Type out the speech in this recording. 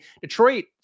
Detroit